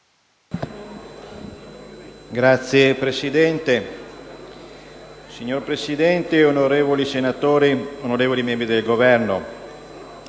*(LNP)*. Signor Presidente, onorevoli senatori, onorevoli membri del Governo,